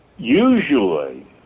Usually